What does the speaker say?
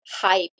hype